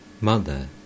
Mother